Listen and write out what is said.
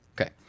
Okay